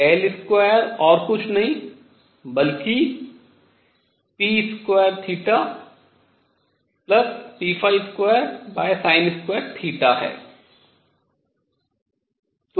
और L2 और कुछ नहीं बल्कि p2p2 है